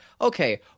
okay